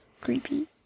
creepy